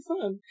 fun